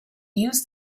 use